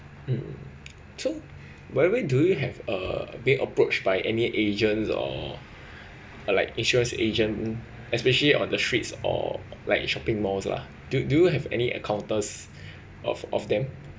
mm so where where do you have uh being approached by any agent or uh like insurance agent especially on the streets or like shopping malls lah do do you have any encounters of of them